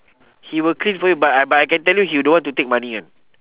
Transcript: he will clean for you but I but I can tell you he don't want to take money [one]